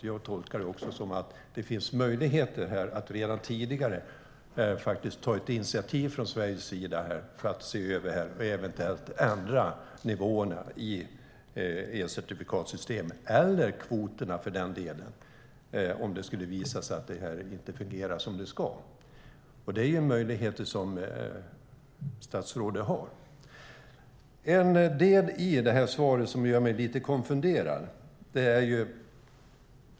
Jag tolkar det som att det finns möjlighet att Sverige redan tidigare tar initiativ till att se över detta och eventuellt ändra nivåerna eller kvoterna i elcertifikatssystemet om det visar sig att det inte fungerar som det ska. Det är en möjlighet som statsrådet har. En del i svaret gör mig lite konfunderad.